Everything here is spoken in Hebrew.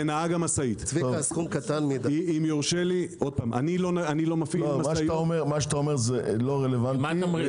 מה שאתה אומר לא רלוונטי.